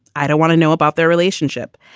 i don't want to know about their relationship.